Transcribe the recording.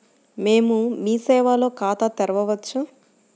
మేము మీ సేవలో ఖాతా తెరవవచ్చా?